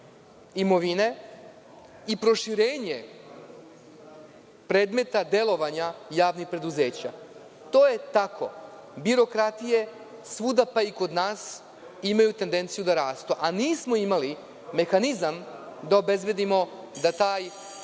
imovine i proširenje predmeta delovanja javnih preduzeća. To je tako. Birokratije svuda, pa i kod nas, imaju tendenciju da rastu, a nismo imali mehanizam da obezbedimo da taj